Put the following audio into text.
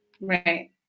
Right